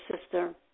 sister